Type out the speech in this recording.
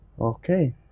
okay